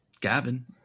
gavin